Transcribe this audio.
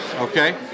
Okay